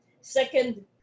second